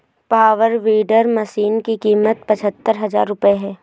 power weeder machine की कीमत पचहत्तर हजार रूपये है